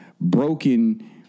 broken